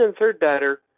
and third batter.